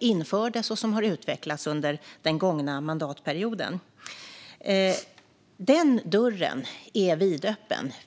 infördes och utvecklades under den gångna mandatperioden. Den dörren är vidöppen.